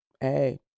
hey